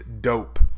Dope